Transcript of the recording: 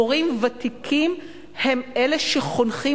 מורים ותיקים הם אלה שחונכים,